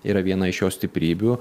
yra viena iš jo stiprybių